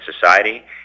society